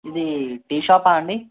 ఇది టీ షాపా అండి